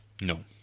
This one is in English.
No